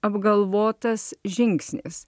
apgalvotas žingsnis